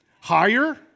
Higher